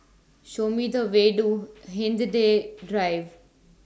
Show Me The Way to Hindhede Drive